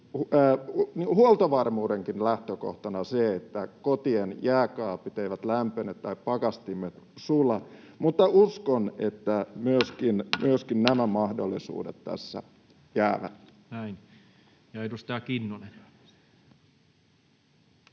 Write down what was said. huoltovarmuuden lähtökohtana se, että kotien jääkaapit eivät lämpene tai pakastimet sula, mutta uskon, että myöskin nämä mahdollisuudet tässä jäävät. [Speech 168] Speaker: